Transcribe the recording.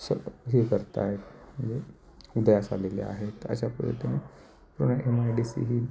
स हे करत आहे म्हणजे उदयास आलेल्या आहेत अशा पद्धतीने पूर्ण M I D C he